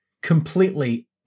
completely